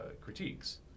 critiques